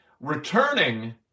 Returning